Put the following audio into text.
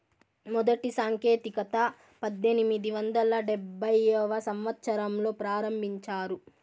మొదటి సాంకేతికత పద్దెనిమిది వందల డెబ్భైవ సంవచ్చరంలో ప్రారంభించారు